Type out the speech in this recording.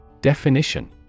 Definition